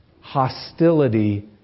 hostility